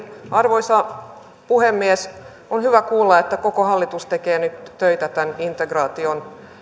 arvoisa puhemies on hyvä kuulla että koko hallitus tekee nyt töitä tämän integraation